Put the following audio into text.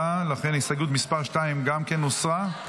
הסתייגות מס' 2 גם כן הוסרה.